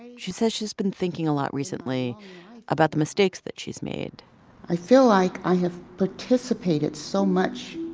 and she says she's been thinking a lot recently about the mistakes that she's made i feel like i have participated so much